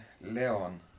Leon